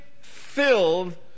filled